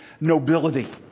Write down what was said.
nobility